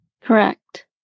Correct